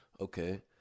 Okay